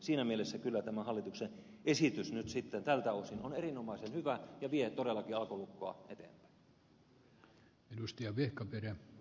siinä mielessä kyllä tämä hallituksen esitys tältä osin on erinomaisen hyvä ja vie todellakin alkolukkoa eteenpäin